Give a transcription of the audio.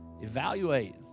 evaluate